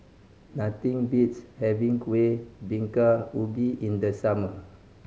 nothing beats having Kueh Bingka Ubi in the summer